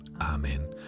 Amen